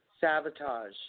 Sabotage